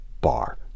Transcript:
bar